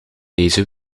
deze